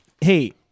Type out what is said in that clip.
Hey